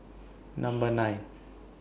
Number nine